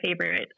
favorite